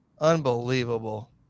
unbelievable